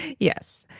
yes.